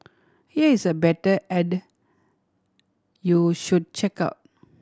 here is a better ad you should check out